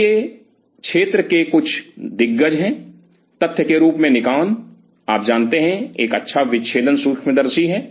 तो ये क्षेत्र के कुछ दिग्गज हैं तथ्य के रूप में निकॉन आप जानते हैं एक अच्छा विच्छेदन सूक्ष्मदर्शी हैं